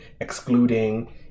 excluding